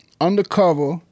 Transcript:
undercover